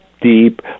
deep